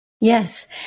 Yes